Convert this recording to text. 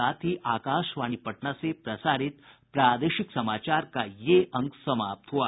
इसके साथ ही आकाशवाणी पटना से प्रसारित प्रादेशिक समाचार का ये अंक समाप्त हुआ